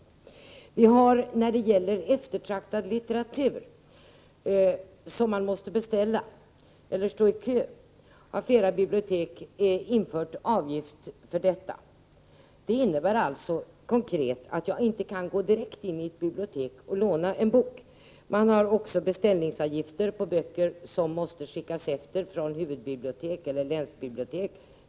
Folkbiblioteken har infört avgifter när det gäller eftertraktad litteratur — Nr 163 som man måste beställa eller stå i kö för. Det innebär konkret att jag inte kan gg Se : 4 å Torsdagen den gå in i ett bibliotek och direkt låna en bok. Det är också beställningsavgifter 6 juni 1985 på böcker som måste skickas efter från huvudbibliotek eller länsbibliotek.